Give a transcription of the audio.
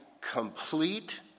complete